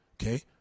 Okay